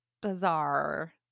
bizarre